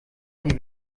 die